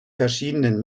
verschiedenen